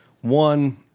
One